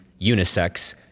unisex